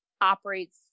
operates